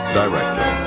director